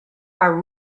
are